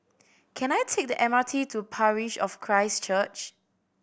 can I take the M R T to Parish of Christ Church